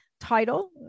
Title